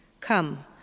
Come